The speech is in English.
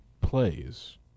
plays